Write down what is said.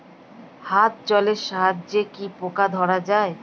হাত জলের সাহায্যে কি পোকা ধরা যায়?